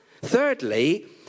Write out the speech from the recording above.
Thirdly